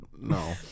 no